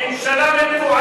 הקול